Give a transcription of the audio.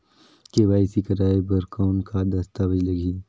KYC कराय बर कौन का दस्तावेज लगही?